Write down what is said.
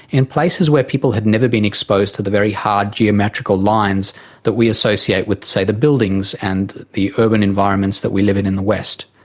in places where people had never been exposed to the very hard geometrical lines that we associate with, say, the buildings and the urban environments that we live in in the west.